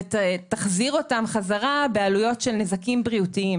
ותחזיר אותם חזקה בעלויות של נזקים בריאותיים.